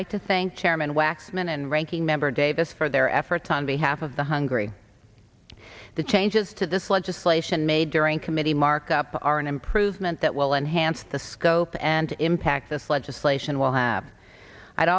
like to thank chairman waxman and ranking member davis for their efforts on behalf of the hungry the changes to this legislation made during committee markup are an improvement that will enhance the scope and impact this legislation will have i'd